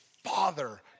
Father